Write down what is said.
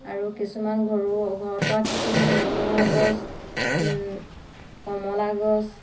আৰু কিছুমান ঘৰো ঘৰত কৰা খেতি নেমু গছ কমলা গছ